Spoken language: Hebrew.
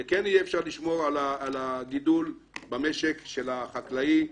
שכן יהיה אפשר לשמור על הגידול במשק של החקלאי בביתו.